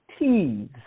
T's